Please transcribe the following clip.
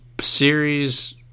series